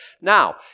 Now